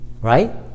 Right